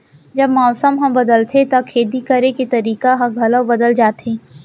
जब मौसम ह बदलथे त खेती करे के तरीका ह घलो बदल जथे?